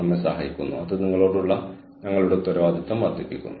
നമ്മൾ സംസാരിക്കുന്നത് നമുക്ക് തിരഞ്ഞെടുക്കാൻ കഴിയുന്ന വൈവിധ്യമാർന്ന വിഭവങ്ങളെക്കുറിച്ചാണ്